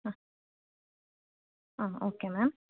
ಹಾಂ ಹಾಂ okay ma'am